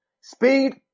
Speed